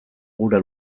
gura